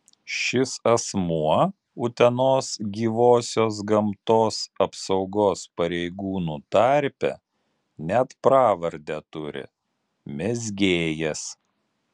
šis asmuo utenos gyvosios gamtos apsaugos pareigūnų tarpe net pravardę turi mezgėjas